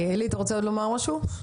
עלי, אתה רוצה לומר עוד משהו?